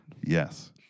Yes